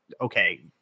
okay